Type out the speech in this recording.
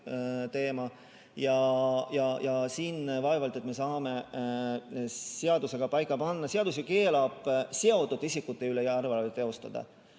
teema. Siin vaevalt et me saame seadusega asju paika panna. Seadus keelab seotud isikute üle järelevalvet teostada.